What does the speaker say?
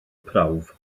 prawf